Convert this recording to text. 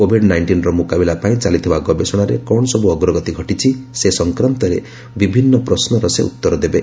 Covid ନାଇଣ୍ଟିନ୍ର ମୁକାବିଲା ପାଇଁ ଚାଲିଥିବା ଗବେଷଣାରେ କ'ଣ ସବୁ ଅଗ୍ରଗତି ଘଟିଛି ସେ ସଂକ୍ରାନ୍ତରେ ବିଭିନ୍ନ ପ୍ରଶ୍ୱର ସେ ଉତ୍ତର ଦେବେ